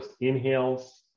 inhales